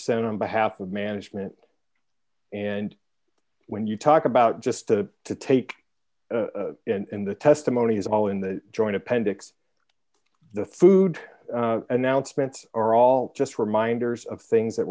sent on behalf of management and when you talk about just to to take in the testimonies of all in the joint appendix the food announcements are all just reminders of things that